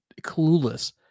clueless